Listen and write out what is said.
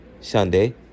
Sunday